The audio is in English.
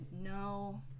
No